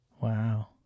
Wow